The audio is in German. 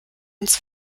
ans